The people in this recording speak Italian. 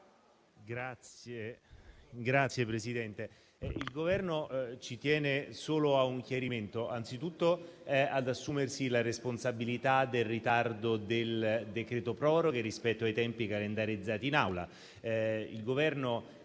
Signor Presidente, il Governo tiene solo a un chiarimento e innanzitutto ad assumersi la responsabilità del ritardo del decreto-legge proroghe rispetto ai tempi calendarizzati in Aula.